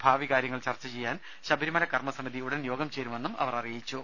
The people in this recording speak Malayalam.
ഭാവി കാര്യങ്ങൾ ചർച്ച ചെയ്യാൻ ശബരിമല കർമ്മ സമിതി ഉടൻ യോഗം ചേരുമെന്നും അവർ പറഞ്ഞു